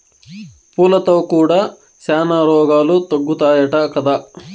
పూలతో కూడా శానా రోగాలు తగ్గుతాయట కదా